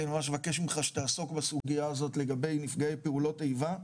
ממש מבקש ממך שתעסוק בסוגיה הזאת לגבי נפגעי פעולות איבה,